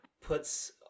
puts